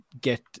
get